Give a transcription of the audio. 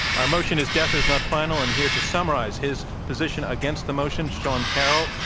our motion is, death is not final, and here to summarize his position against the motion, sean carroll.